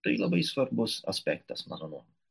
tai labai svarbus aspektas mano nuomone